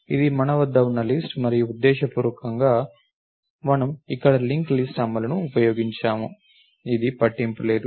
ఇది మన వద్ద ఉన్న లిస్ట్ మరియు ఉద్దేశపూర్వకంగా మనము ఇక్కడ లింక్ లిస్ట్ అమలును ఉపయోగించాము ఇది పట్టింపు లేదు